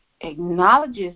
acknowledges